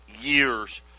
years